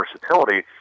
versatility